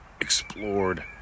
explored